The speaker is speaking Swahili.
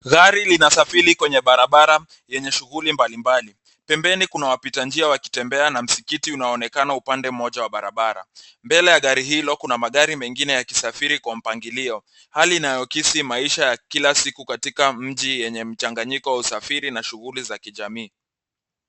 Gari linasafiri kwenye barabara yenye shughuli mbali mbali. Pembeni kuna wapita njia wakitembea na msikiti unaonekana upande mmoja wa barabara. Mbele ya gari hilo kuna magari mengine yakisafiri kwa mpangilio, hali inayoakisi maisha ya kila siku katika mji yenye mchanganyiko wa usafiri na shughuli za kijamii.